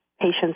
patients